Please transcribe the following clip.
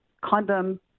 condom